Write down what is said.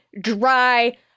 dry